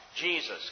Jesus